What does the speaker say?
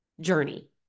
journey